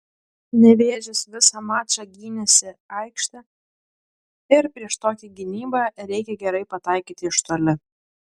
nevėžis visą mačą gynėsi aikšte ir prieš tokią gynybą reikia gerai pataikyti iš toli